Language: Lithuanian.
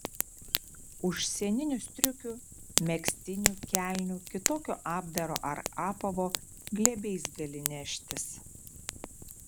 užsieninių striukių megztinių kelnių kitokio apdaro ar apavo glėbiais gali neštis